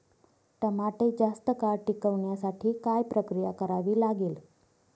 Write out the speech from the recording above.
टमाटे जास्त काळ टिकवण्यासाठी काय प्रक्रिया करावी लागेल?